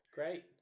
Great